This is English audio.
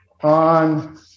on